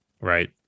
Right